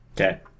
okay